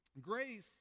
Grace